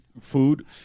Food